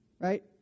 Right